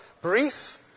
brief